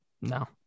no